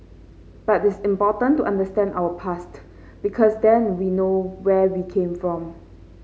but it is important to understand our past because then we know where we came from